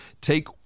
take